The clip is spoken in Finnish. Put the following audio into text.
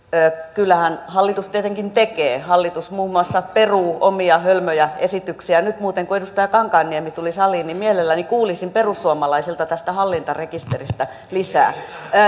kyllähän hallitus tietenkin tekee hallitus muun muassa peruu omia hölmöjä esityksiään nyt muuten kun edustaja kankaanniemi tuli saliin mielelläni kuulisin perussuomalaisilta tästä hallintarekisteristä lisää